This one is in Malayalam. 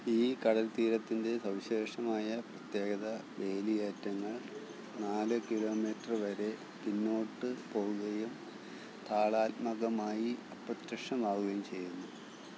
ഈ കടൽത്തീരത്തിൻ്റെ സവിശേഷമായ പ്രത്യേകത വേലിയേറ്റങ്ങൾ നാല് കിലോമീറ്റർ വരെ പിന്നോട്ട് പോകുകയും താളാത്മകമായി അപ്രത്യക്ഷമാവുകയും ചെയ്യുന്നു